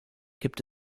gibt